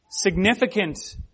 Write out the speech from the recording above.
significant